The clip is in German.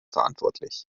verantwortlich